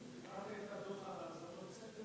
קראת את הדוח על האזנות הסתר?